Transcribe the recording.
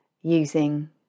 using